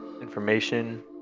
information